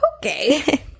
Okay